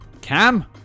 Cam